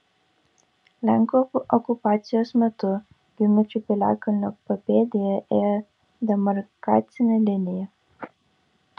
lenkų okupacijos metu ginučių piliakalnio papėde ėjo demarkacinė linija